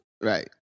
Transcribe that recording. Right